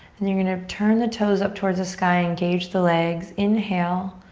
and you're gonna turn the toes up towards the sky, engage the legs. inhale.